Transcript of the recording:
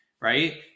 right